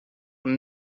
und